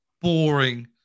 boring